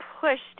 pushed